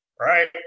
right